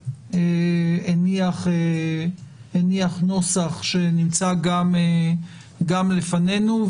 הוועדה הניח נוסח, שנמצא גם לפנינו.